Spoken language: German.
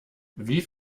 wie